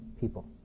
people